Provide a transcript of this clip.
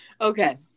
Okay